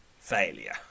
failure